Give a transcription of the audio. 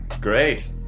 great